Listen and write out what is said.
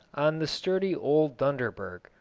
on the sturdy old dunderberg,